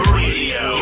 radio